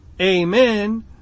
amen